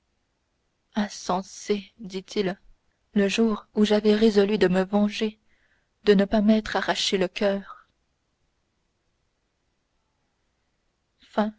insensé dit-il le jour où j'avais résolu de me venger de ne pas m'être arraché le coeur